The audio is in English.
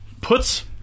puts